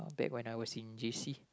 that when I was in g_c